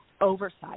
oversight